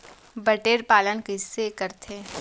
बटेर पालन कइसे करथे?